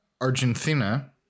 Argentina